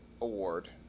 award